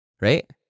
Right